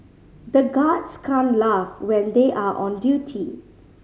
the guards can't laugh when they are on duty